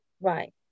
Right